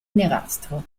nerastro